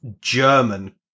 German